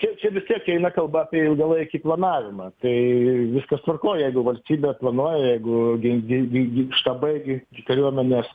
čia čia vis tiek eina kalba apie ilgalaikį planavimą tai viskas tvarkoj jeigu valstybė planuoja jeigu gin gin gin gin štabai gi kariuomenės